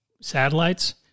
satellites